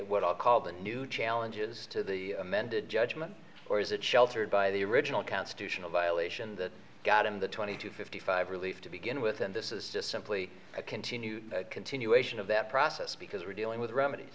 are called new challenges to the amended judgment or is it sheltered by the original constitutional violation that got in the twenty to fifty five relief to begin with and this is just simply a continued continuation of that process because we're dealing with remedies